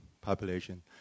population